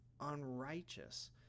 unrighteous